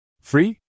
Free